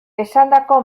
esandako